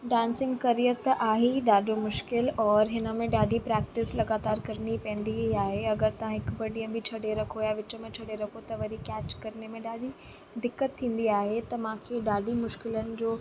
dancing career त आहे ई ॾाढो मुश्किल और हिन में ॾाढी प्रेक्टिस लॻातारि करिणी पवंदी ई आहे ऐं तव्हां हिकु ॿ ॾींहं बि छॾे रखो या विच में छॾे रखो त वरी कैच करिणे में ॾाढी दिक़त थींदी आहे त मूंखे ॾाढी मुश्किलनि जो